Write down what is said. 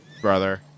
brother